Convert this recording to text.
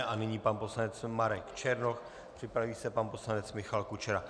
A nyní pan poslanec Marek Černoch, připraví se pan poslanec Michal Kučera.